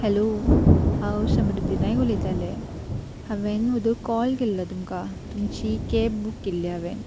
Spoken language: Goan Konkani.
हॅलो हांव समृद्दी नायक उलयतालें हांवेंन वोदोळ कॉल केल्लो तुमकां तुमची कॅब बूक केल्ली हांवेंन